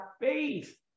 faith